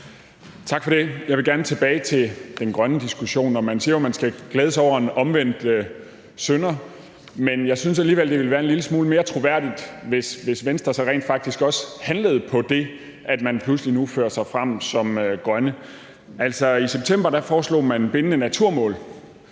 Tak for det. Jeg vil gerne tilbage til den grønne diskussion. Man siger jo, at man skal glæde sig over en omvendt synder, men jeg synes alligevel, at det ville være en lille smule mere troværdigt, hvis Venstre så rent faktisk også handlede på det, i forhold til at man nu pludselig fører sig frem som grønne. I september foreslog man bindende naturmål